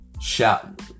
Shout